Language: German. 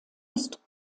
ist